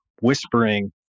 whispering